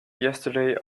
yesterday